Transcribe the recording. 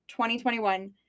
2021